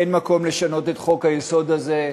אין מקום לשנות את חוק-היסוד הזה,